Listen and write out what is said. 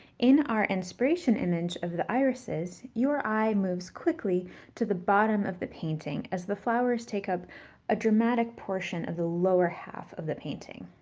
in our inspiration image of the irises, your eye moves quickly to the bottom of the painting as the flowers take up a dramatic portion of the lower half of the painting.